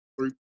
three